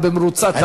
במרוצת,